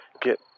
get